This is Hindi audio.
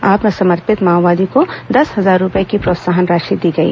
आत्मसमर्पित माओवादी को दस हजार रूपये की प्रोत्साहन राशि दी गई